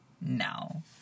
No